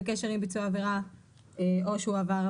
ביצוע עבירת משמעת,